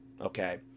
okay